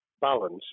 balance